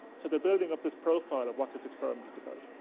so, they're building up this profile of what this experiment is about.